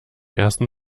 ersten